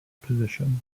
position